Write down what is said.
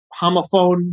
homophone